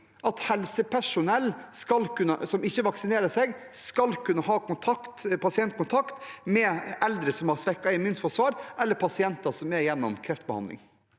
at helsepersonell som ikke vaksinerer seg, skal kunne ha pasientkontakt med eldre som har svekket immunforsvar, eller pasienter som går gjennom kreftbehandling?